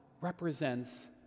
represents